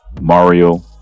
Mario